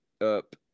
up –